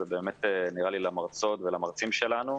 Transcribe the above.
ונדמה לי שזה למרצות ולמרצים שלנו,